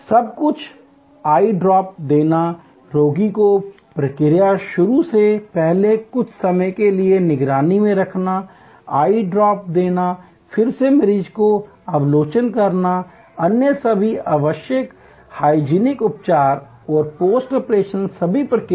सब कुछ eye drop देना रोगी को प्रक्रिया शुरू होने से पहले कुछ समय के लिए निगरानी में रखना आई ड्रॉप देना फिर से मरीज का अवलोकन करना अन्य सभी आवश्यक हाइजीनिक उपचार और पोस्ट ऑपरेशन सभी प्रक्रिया